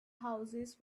houses